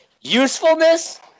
usefulness